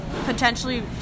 potentially